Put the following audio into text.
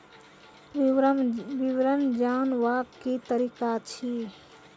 विवरण जानवाक की तरीका अछि?